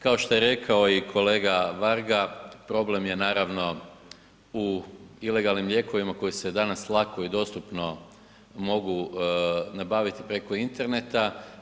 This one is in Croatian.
Kao što je rekao i kolega Varga problem je naravno u ilegalnim lijekovima koji se danas lako i dostupno mogu nabaviti preko interneta.